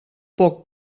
poc